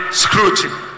scrutiny